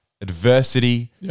Adversity